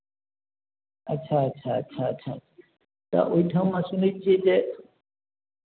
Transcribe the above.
अच्छा अच्छा अच्छा अच्छा तऽ ओहिठमा सुनै छियै जे